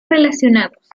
relacionados